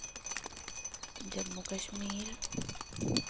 Jammu Kashmir